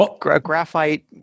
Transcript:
graphite